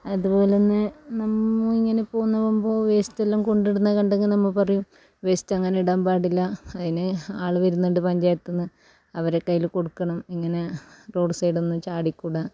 അതുപോലെതന്നെ നിങ്ങൾ ഇങ്ങനെ പോകുന്ന പോകുമ്പോൾ വേസ്റ്റെല്ലാം കൊണ്ടിടുന്ന കണ്ടിലെങ്കിൽ നമ്മ പറയും വേസ്റ്റങ്ങനെ ഇടാൻ പാടില്ല അതിന് ആൾ വരുന്നുണ്ട് പഞ്ചായത്തു നിന്ന് അവരുടെ കയ്യിൽ കൊടുക്കണം ഇങ്ങനെ റോഡ് സൈഡൊന്നും ചാടിക്കൂട